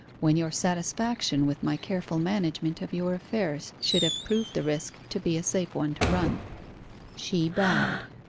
when your satisfaction with my careful management of your affairs should have proved the risk to be a safe one to run she bowed.